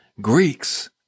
Greeks